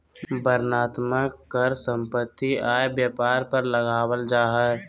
वर्णनात्मक कर सम्पत्ति, आय, व्यापार पर लगावल जा हय